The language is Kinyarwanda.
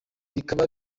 bikaba